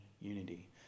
unity